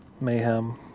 Mayhem